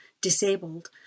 disabled